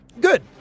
Good